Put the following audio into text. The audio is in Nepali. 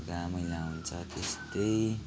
लुगा मैला हुन्छ त्यस्तै